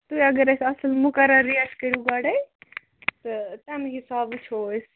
تُہۍ اَگر أسۍ اَتھ مُقرر ریٹ کٔرِو گۄڈَے تہٕ تَمہِ حِسابہٕ وُچھو أسۍ